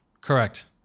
Correct